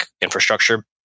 infrastructure